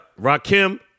Rakim